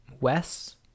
wes